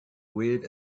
weird